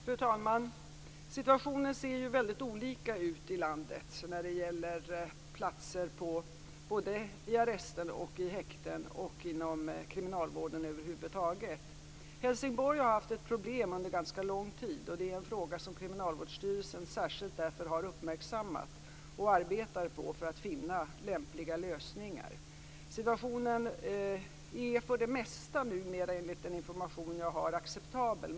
Fru talman! Situationen ser ju väldigt olika ut i landet när det gäller platser i arrester, häkten och inom kriminalvården över huvud taget. Helsingborg har haft problem under ganska lång tid, och det är en fråga som Kriminalvårdsstyrelsen därför särskilt har uppmärksammat och arbetar på för att finna lämpliga lösningar. Enligt den information jag har är situationen nu för det mesta acceptabel.